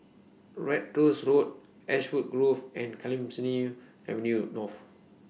Ratus Road Ashwood Grove and Clemenceau Avenue North